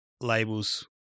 labels